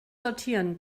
sortieren